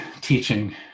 teaching